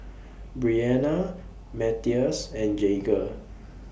Bryanna Mathias and Jagger